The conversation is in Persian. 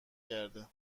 کرده